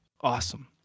awesome